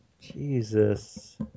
Jesus